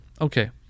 Okay